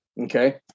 Okay